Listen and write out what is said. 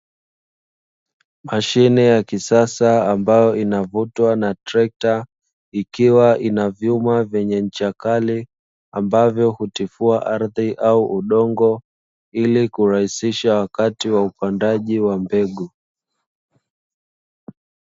Mashine ya kisasa ambayo inavotwa na trekta ikiwa na vyuma vyenye ncha kali ambavyo hutifua ardhi au udongo ili kurahisisha wakati wa upandaji wa mbegu.